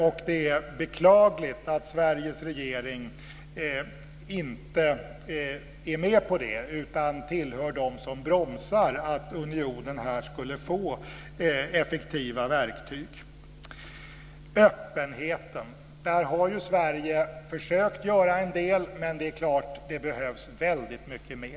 Det är beklagligt att Sveriges regering inte är med på det utan tillhör dem som bromsar att unionen skulle få effektiva verktyg här. När det gäller öppenheten har Sverige försökt att göra en del, men det är klart att det behövs väldigt mycket mer.